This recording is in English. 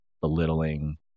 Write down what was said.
belittling